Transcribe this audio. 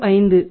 05